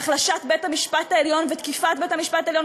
בהחלשת בית-המשפט העליון ותקיפת בית-המשפט העליון,